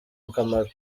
akamaro